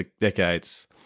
decades